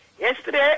Yesterday